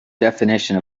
definition